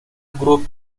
group